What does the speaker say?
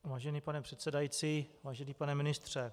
Vážený pane předsedající, vážený pane ministře.